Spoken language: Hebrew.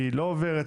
היא לא עוברת,